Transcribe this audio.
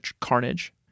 Carnage